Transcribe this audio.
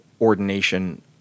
ordination